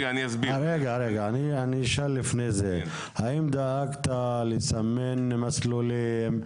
לפני זה, האם דאגת לסמן מסלולים?